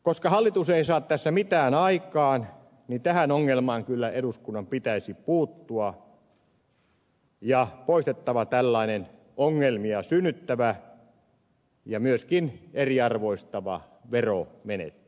koska hallitus ei saa tässä mitään aikaan niin tähän ongelmaan kyllä eduskunnan pitäisi puuttua ja poistaa tällainen ongelmia synnyttävä ja myöskin eriarvoistava veromenettely